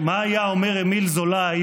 זה מה שאתה מנסה להגיד?